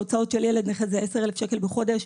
כשההוצאות של ילד נכה זה 10,000 שקלים בחודש,